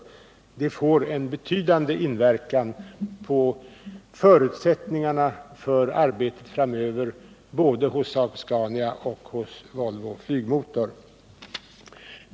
Valet får en betydande inverkan på förutsättningarna för arbetet framöver, både hos Saab-Scania och hos Volvo Flygmotor.